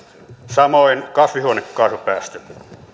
samoin kasvihuonekaasupäästöt